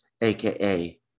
aka